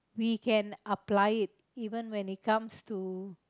we can apply it even when it comes to